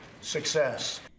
success